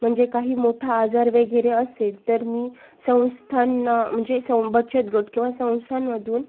म्हणजे काही मोठा आजार वगैरे असेल तर मी संस्थांना म्हणजे सं बचत गट किंवा संस्थांमधून